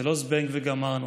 זה לא זבנג וגמרנו,